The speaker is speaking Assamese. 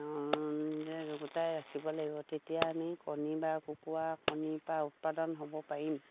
নিজে যোগোতাই ৰাখিব লাগিব তেতিয়া আমি কণী বা কুকুৰা কণীৰপৰা উৎপাদন হ'ব পাৰিম